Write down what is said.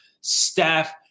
staff